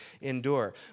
endure